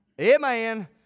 Amen